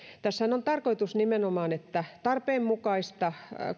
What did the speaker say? tässähän on tarkoitus nimenomaan että tarpeenmukaista